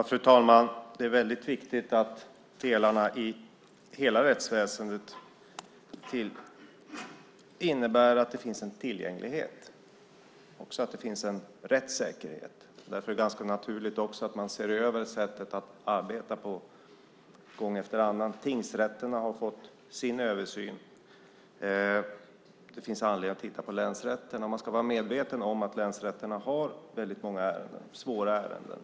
Fru talman! Det är väldigt viktigt att det finns tillgänglighet och rättssäkerhet i rättsväsendet. Därför är det ganska naturligt att man ser över sättet att arbeta på gång efter annan. Tingsrätterna har fått sin översyn. Det finns anledning att titta på länsrätterna. Man ska vara medveten om att länsrätterna har väldigt många och svåra ärenden.